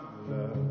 love